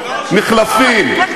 מחלפים,